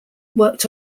worked